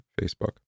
Facebook